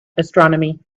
astronomy